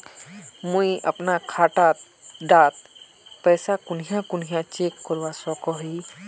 मुई अपना खाता डात पैसा कुनियाँ कुनियाँ चेक करवा सकोहो ही?